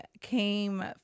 came